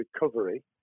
recovery